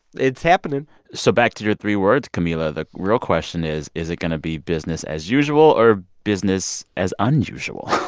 it's happening so back to your three words, camila, the real question is, is it going to be business as usual or business as unusual?